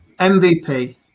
MVP